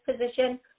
position